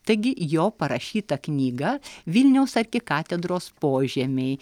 taigi jo parašytą knygą vilniaus arkikatedros požemiai